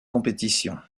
compétition